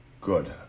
Good